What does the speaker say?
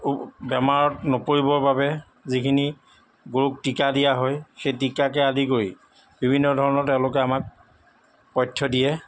বেমাৰত নপৰিবৰ বাবে যিখিনি গৰুক টীকা দিয়া হয় সেই টীকাকে আদি কৰি বিভিন্ন ধৰণৰ তেওঁলোকে আমাক পথ্য দিয়ে